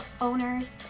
owners